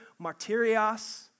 martyrios